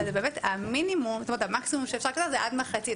אבל המקסימום שאפשר לקצר זה עד מחצית.